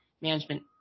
management